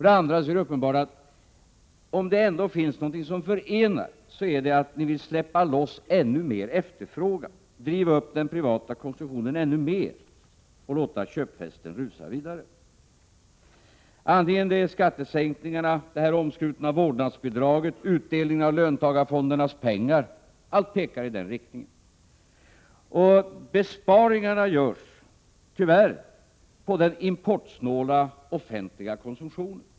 Det är också uppenbart att om det ändå finns någonting som förenar, så är det att ni vill släppa loss ännu mer efterfrågan, driva upp den privata konsumtionen ännu mer, låta köpfesten rusa vidare. Skattesänkningar, det omskrutna vårdnadsbidraget, utdelningen av löntagarfondernas pengar — allt pekar i den riktningen. Och besparingarna görs tyvärr på den importsnåla offentliga konsumtionen.